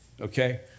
okay